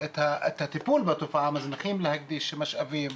את הטיפול בתופעה, לא מקדישים משאבים,